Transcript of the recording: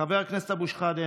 חבר הכנסת אבו שחאדה,